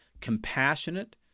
compassionate